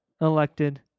elected